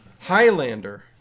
Highlander